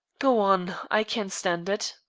go on, i can stand it.